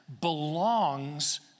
belongs